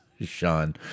Sean